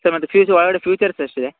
sir ಮತ್ತೆ ಫ್ಯೂಚ್ ಒಳಗಡೆ ಫ್ಯೂಚರ್ಸ್ ಎಷ್ಟು ಇದೆ